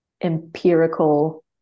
empirical